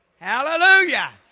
Hallelujah